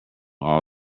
all